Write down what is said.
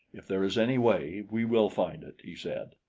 if there is any way, we will find it, he said.